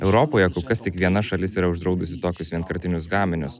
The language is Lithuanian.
europoje kol kas tik viena šalis yra uždraudusi tokius vienkartinius gaminius